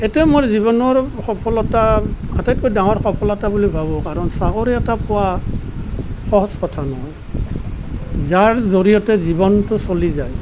এইটোৱে মোৰ জীৱনৰ সফলতা আটাইতকৈ ডাঙৰ সফলতা বুলি ভাবোঁ কাৰণ চাকৰি এটা পোৱা সহজ কথা নহয় যাৰ জৰিয়তে জীৱনটো চলি যাব